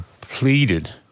pleaded